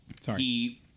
Sorry